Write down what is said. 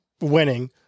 winning